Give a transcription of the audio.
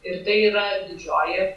ir tai yra didžioji